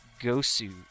Gosu